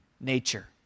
nature